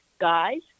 guys